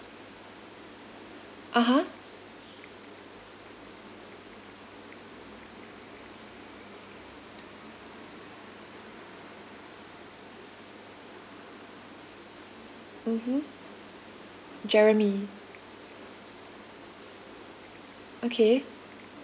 (uh huh) mmhmm jeremy okay